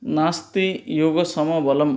नास्ति योगसमं बलम्